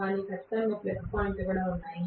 కానీ ఖచ్చితంగా ప్లస్ పాయింట్లు కూడా ఉన్నాయి